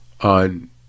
on